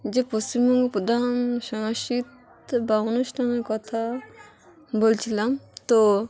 যে পশ্চিমবঙ্গ প্রধান সংস্কৃতি বা অনুষ্ঠানের কথা বলছিলাম তো